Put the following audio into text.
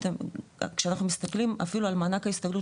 שאנחנו מסתכלים אפילו על מענק ההסתגלות